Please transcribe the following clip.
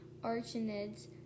archinids